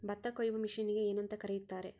ಭತ್ತ ಕೊಯ್ಯುವ ಮಿಷನ್ನಿಗೆ ಏನಂತ ಕರೆಯುತ್ತಾರೆ?